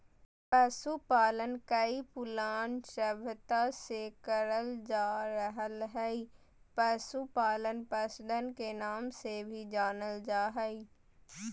पशुपालन कई पुरान सभ्यता से करल जा रहल हई, पशुपालन पशुधन के नाम से भी जानल जा हई